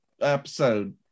episode